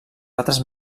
altres